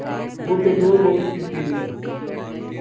वो पेट्रोल बहुत पीती है